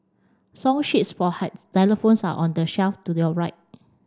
song sheets for xylophones are on the shelf to your right